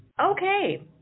okay